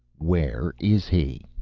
where is he?